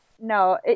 No